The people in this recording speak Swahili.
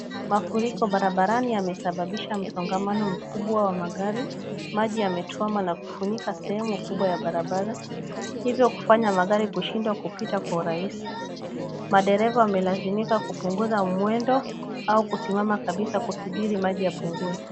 Mafuriko barabarani yamesababisha msongomano mkubwa wa magari. Maji yametwama na kufunika sehemu kubwa ya barabara hivyo kufanya magari kushindwa kupita kwa urahisi. Madereva wamelazimika kupunguza mwendo au kusimama kabisa kusubiri maji yapungue.